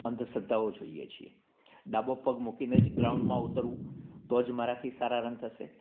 અંધશ્રદ્ધાઓ જોઈએ છીએ ડાબો પગ મૂકીને જ ગ્રાઉનમાં ઉતરવું તો જ મારાથી સારા રન થશે